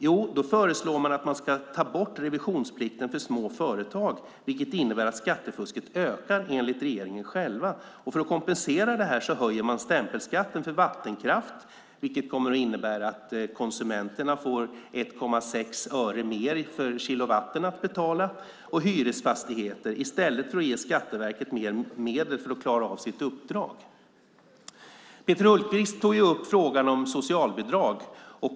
Jo, man föreslår att man ska ta bort revisionsplikten för små företag, vilket enligt regeringen själv innebär att skattefusket ökar. För att kompensera detta höjer man stämpelskatten för vattenkraft - vilket kommer att innebära att konsumenterna får betala 1,6 öre mer per kilowatt - och för hyresfastigheter, i stället för att ge Skatteverket mer medel för att klara av sitt uppdrag. Peter Hultqvist tog upp frågan om socialbidrag.